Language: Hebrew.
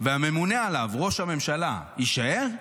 והממונה עליו, ראש הממשלה, יישאר?